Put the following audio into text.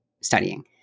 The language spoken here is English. studying